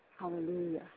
Hallelujah